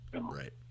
Right